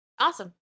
Awesome